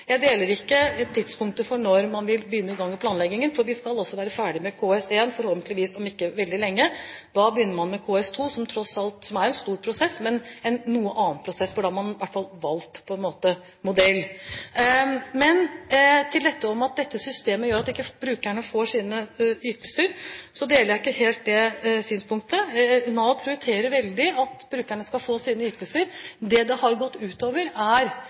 Jeg deler ikke synet på tidspunktet for når man vil begynne med planleggingen, for vi skal også være ferdig med KS1, forhåpentligvis om ikke veldig lenge. Da begynner man med KS2, som er en stor prosess, men en noe annen prosess, for da har man i hvert fall valgt på en måte modell. Når det gjelder at dette systemet gjør at brukerne ikke får sine ytelser, deler jeg ikke helt det synspunktet. Nav prioriterer veldig at brukerne skal få sine ytelser. Det det har gått ut over, er